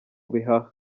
bihaha